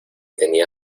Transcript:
tenía